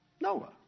Noah